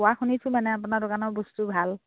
কোৱা শুনিছোঁ মানে আপোনাৰ দোকানৰ বস্তু ভাল